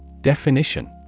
Definition